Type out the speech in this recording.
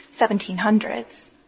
1700s